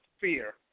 fear